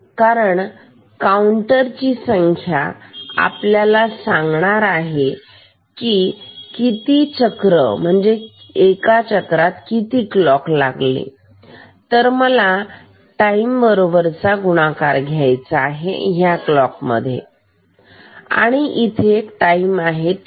कारण काउंटर ची संख्या आपल्याला सांगणार आहे किती चक्र किती क्लॉक लागले तर मला टाईम बरोबर चा गुणाकार घ्यायचा आहे ह्या क्लॉक मध्ये आणि इथे टाईम आहे t1